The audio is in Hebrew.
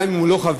גם אם הוא לא חבר,